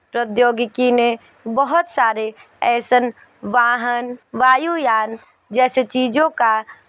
प्रौद्योगिकी ने बहुत सारे ऐसन वाहन वायुयान जैसे चीज़ों का